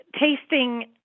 tasting